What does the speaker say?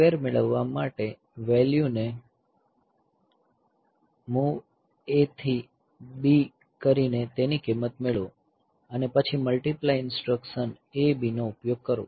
square મેળવવા માટે વેલ્યૂને MOV A થી B કરીને તેની કિંમત મેળવો અને પછી મલ્ટીપ્લાય ઇન્સટ્રકશન A B નો ઉપયોગ કરો